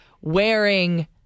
wearing